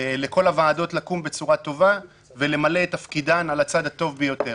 לכל הוועדות לקום בצורה טובה ולמלא את תפקידן על הצד הטוב ביותר.